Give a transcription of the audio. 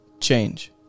change